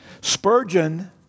Spurgeon